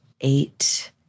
Eight